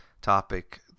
topic